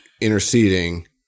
interceding